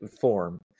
form